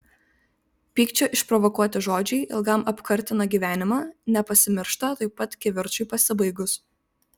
pykčio išprovokuoti žodžiai ilgam apkartina gyvenimą nepasimiršta tuoj pat kivirčui pasibaigus